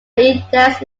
indexed